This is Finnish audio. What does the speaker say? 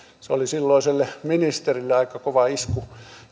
se oli silloiselle ministerille aika kova isku